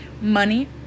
money